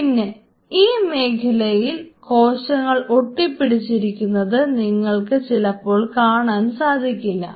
പിന്നെ ഈ ഒരു മേഖലയിൽ കോശങ്ങൾ ഒട്ടി പിടിച്ചിരിക്കുന്നത് നിങ്ങൾക്ക് ചിലപ്പോൾ കാണാൻ സാധിക്കില്ല